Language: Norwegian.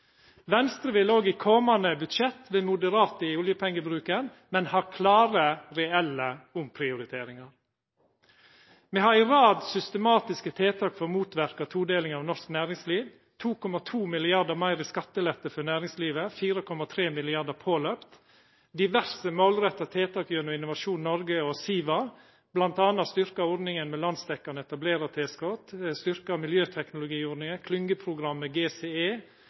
Venstre vil òg i komande budsjett vera moderate i oljepengebruken, men har klare reelle omprioriteringar. Me har ei rekkje systematiske tiltak for å motverka todelinga av norsk næringsliv: 2,2 mrd. kr meir i skattelette for næringslivet, 4,3 mrd. kr påkomne, diverse målretta tiltak gjennom Innovasjon Noreg og SIVA, m.a. styrkt ordning med landsdekkjande etablerartilskot, styrkt miljøteknologiordninga,